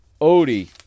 Odie